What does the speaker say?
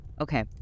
Okay